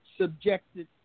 Subjected